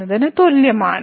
എന്നതിന് തുല്യമാണ്